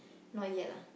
not yet lah